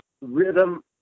rhythm